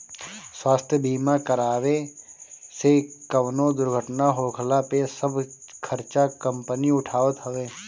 स्वास्थ्य बीमा करावे से कवनो दुर्घटना होखला पे सब खर्चा कंपनी उठावत हवे